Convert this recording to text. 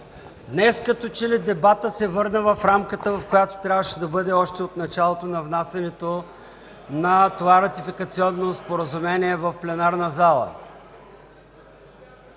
Днес като че ли дебатът се върна в рамката, в която трябваше да бъде още от началото – от внасянето на това ратификационно споразумение в пленарната зала.